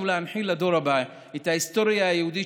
להנחיל לדור הבא את ההיסטוריה היהודית,